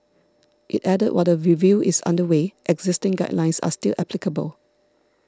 it added that while the review is under way existing guidelines are still applicable